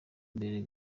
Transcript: mbere